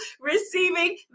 receiving